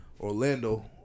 Orlando